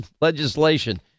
legislation